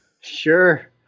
sure